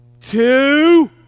two